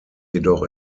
jedoch